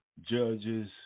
judges